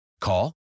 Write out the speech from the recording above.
Call